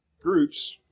groups